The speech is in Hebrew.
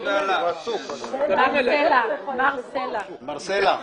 מר סלע,